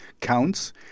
counts